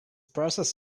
process